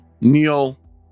Neil